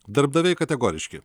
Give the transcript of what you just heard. darbdaviai kategoriški